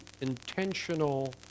intentional